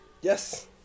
Yes